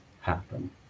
happen